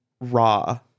raw